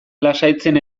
lasaitzen